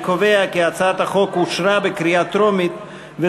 התשע"ג 2013,